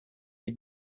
des